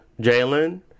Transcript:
Jalen